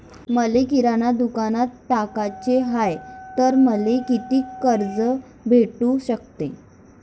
मले किराणा दुकानात टाकाचे हाय तर मले कितीक कर्ज भेटू सकते?